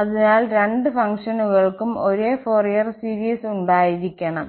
അതിനാൽ രണ്ട് ഫംഗ്ഷനുകൾക്കും ഒരേ ഫോറിയർ സീരീസ് ഉണ്ടായിരിക്കണം